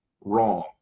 wrong